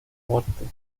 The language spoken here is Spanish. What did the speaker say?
muerte